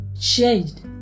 changed